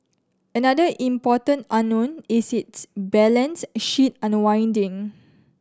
another important unknown is its balance sheet unwinding